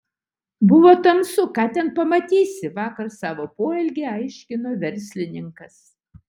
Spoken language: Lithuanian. buvo tamsu ką ten pamatysi vakar savo poelgį aiškino verslininkas